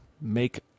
make